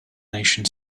nation